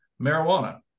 marijuana